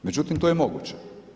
Međutim, to je moguće.